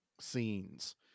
scenes